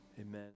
amen